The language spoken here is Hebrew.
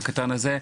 הקטן הזה.